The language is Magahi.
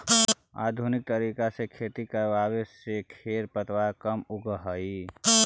आधुनिक तरीका से खेती करवावे से खेर पतवार कम उगह हई